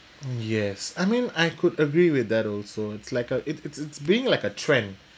yes I mean I could agree with that also it's like uh it's it's being like a trend